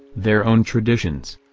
their own traditions.